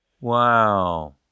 Wow